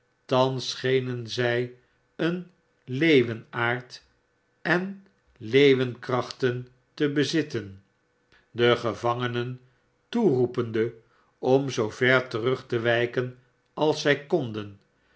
thans schenen zij een leeuwenaard en leeuwenkrachten te bezitten de gevangenen toe roepende om zoo ver terug te wijken als zij konden